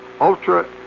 ultra